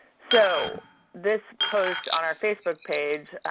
so this post on our facebook page,